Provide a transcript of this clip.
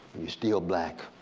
you still black,